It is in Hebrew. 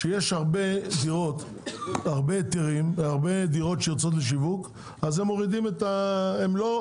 כשיש הרבה דירות שיוצאות לשיווק הם לא מוציאים להיתרים,